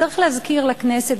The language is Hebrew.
צריך להזכיר לכנסת,